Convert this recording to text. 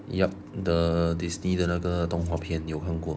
yup the Disney 的那个动画片有看过